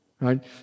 Right